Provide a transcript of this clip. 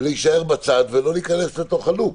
להישאר בצד ולא להיכנס לתוך הלופ.